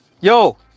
Yo